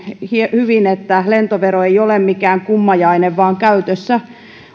hyvin että lentovero ei ole mikään kummajainen vaan käytössä